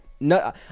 no